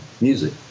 music